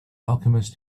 alchemist